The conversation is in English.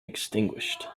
extinguished